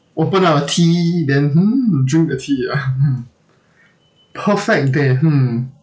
open up a tea then hmm drink the tea ah perfect day hmm